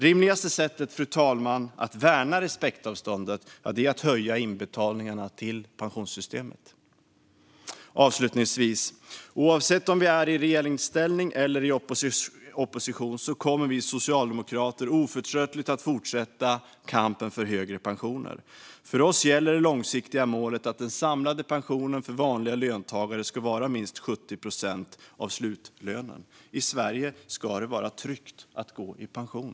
Rimligaste sättet, fru talman, att värna respektavståndet är att höja inbetalningarna till pensionssystemet. Oavsett om vi är i regeringsställning eller i opposition kommer vi socialdemokrater att oförtröttligt fortsätta kampen för högre pensioner. För oss gäller det långsiktiga målet att den samlade pensionen för vanliga löntagare ska vara minst 70 procent av slutlönen. I Sverige ska det vara tryggt att gå i pension.